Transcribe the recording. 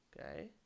Okay